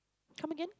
come again